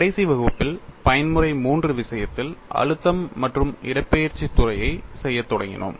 கடைசி வகுப்பில் பயன்முறை III விஷயத்தில் அழுத்தம் மற்றும் இடப்பெயர்ச்சி துறையைச் செய்யத் தொடங்கினோம்